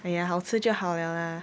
!aiya! 好吃就好 liao lah